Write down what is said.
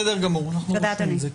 אנחנו רושמים את זה.